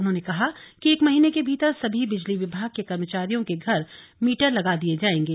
उन्होंने कहा कि एक महीने के भीतर सभी बिजली विभाग के कर्मचारियों के घर मीटर लगा दिये जाएंगे